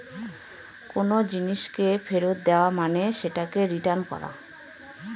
কোনো জিনিসকে ফেরত দেওয়া মানে সেটাকে রিটার্ন করা